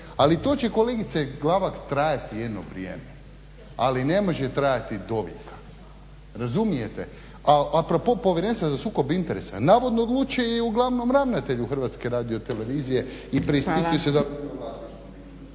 ali to će kolegice Glavak trajati jedno vrijeme ali ne može trajati dovijeka. Razumijete? A pro-pos Povjerenstvo za sukob interesa navodno odlučuje i o glavnom ravnatelju HRT-a i preispituje se.